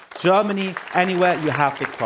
germany, anywhere, yeah